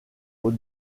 aux